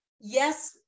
yes